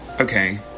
Okay